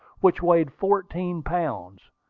which weighed fourteen pounds.